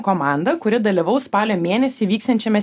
komanda kuri dalyvaus spalio mėnesį vyksiančiame